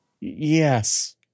Yes